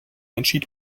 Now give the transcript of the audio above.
entschied